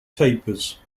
tapers